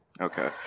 Okay